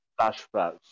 flashbacks